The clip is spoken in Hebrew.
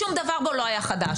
שום דבר בו לא היה חדש,